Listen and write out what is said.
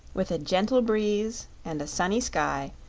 with a gentle breeze and a sunny sky,